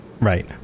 Right